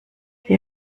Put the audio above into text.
die